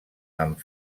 amb